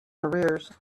arrears